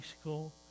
school